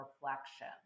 reflection